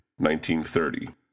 1930